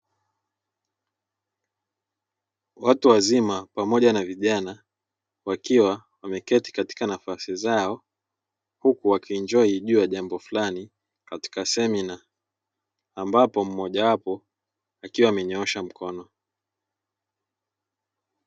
Watu wazima pamoja na vijana wakiwa wameketi katika nafasi zao huku waki injoi juu ya jambo fulani katika semina ambapo mmoja wapo akiwa amenyoosha mkono.